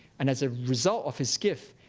and as a result of his gift,